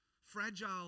Fragile